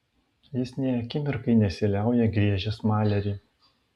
jis nė akimirkai nesiliauja griežęs malerį